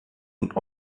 und